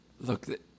Look